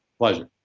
pleasure.